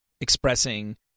expressing